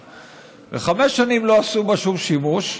שנים, חמש שנים לא עשו בה שום שימוש,